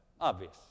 Obvious